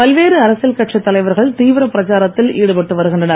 பல்வேறு அரசியல் கட்சித் தலைவர்கள் தீவிரப்பிரச்சாரத்தில் ஈடுபட்டு வருகின்றனர்